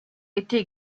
était